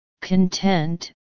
content